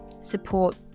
support